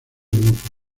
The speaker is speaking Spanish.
mutuo